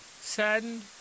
Saddened